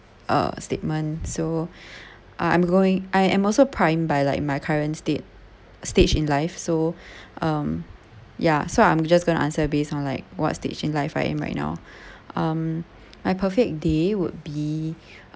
uh statement so I'm going I am also primed by like my current state stage in life so um ya so I'm just gonna answer based on like what stage in life I am right now um my perfect day would be